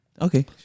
Okay